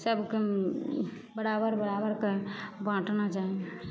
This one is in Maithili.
सबके उम बराबर बराबरके बाँटना चाही